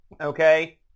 Okay